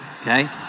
Okay